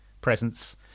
presence